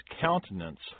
countenance